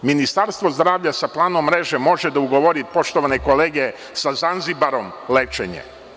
Ministarstvo zdravlja sa planom mreže može da ugovori, poštovane kolege, sa Zanzibarom lečenje.